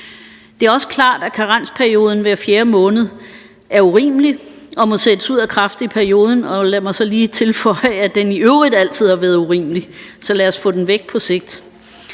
Det er også klart, at karensperioden hver 4. måned er urimelig og må sættes ud af kraft i perioden – og lad mig så lige tilføje, at den i øvrigt altid har været urimelig. Så lad os få den væk på sigt.